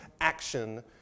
action